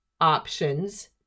options